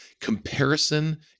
Comparison